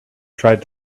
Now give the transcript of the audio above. tried